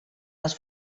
les